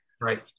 Right